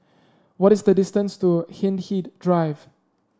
what is the distance to Hindhede Drive